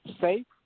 safe